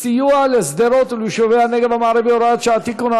סיוע לשדרות וליישובי הנגב המערבי (הוראת שעה) (תיקון,